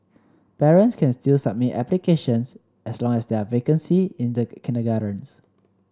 parents can still submit applications as long as there are vacancies in the kindergartens